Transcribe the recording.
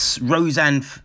Roseanne